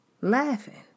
Laughing